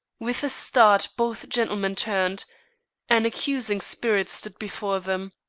with a start both gentlemen turned an accusing spirit stood before them.